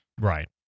Right